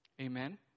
Amen